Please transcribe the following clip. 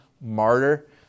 Martyr